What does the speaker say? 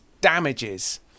Damages